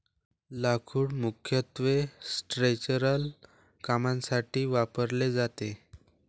लाकूड मुख्यत्वे स्ट्रक्चरल कामांसाठी वापरले जाते